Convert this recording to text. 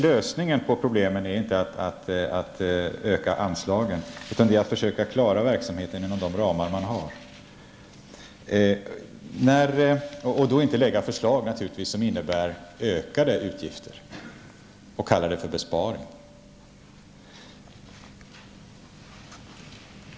Lösningen på problemen är inte att öka anslagen, att lägga fram förslag som innebär ökade utgifter och kalla det för besparing, utan lösningen är att försöka klara verksamheten inom de ramar man har.